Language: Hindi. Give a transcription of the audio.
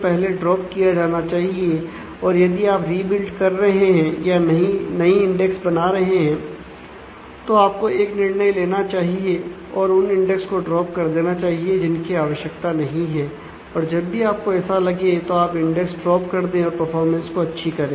पहले हो सकता है कि ऐसा केस को अच्छी करें